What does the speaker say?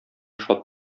шат